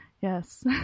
yes